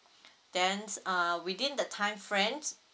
then uh within the time frames